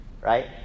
right